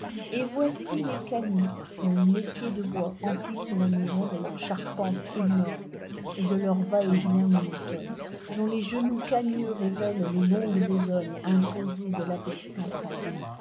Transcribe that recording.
lt voici les canuts dont les métiers de bois emplissent la maison de leur charpente énorme et de leur va-et-vient monotone dont les genoux cagneux révèlent les longues besognes imposées dès la petite enfance